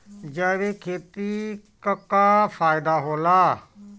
जैविक खेती क का फायदा होला?